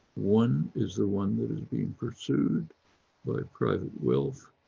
one is the one that is being pursued by private wealth,